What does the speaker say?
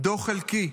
"דוח חלקי.